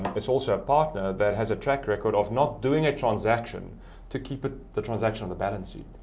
it's also a partner that has a track record of not doing a transaction to keep ah the transaction on the balance sheet,